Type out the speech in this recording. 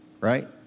right